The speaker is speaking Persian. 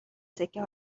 سکه